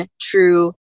true